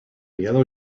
yellow